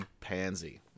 pansy